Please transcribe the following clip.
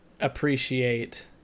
Appreciate